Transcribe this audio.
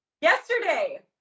yesterday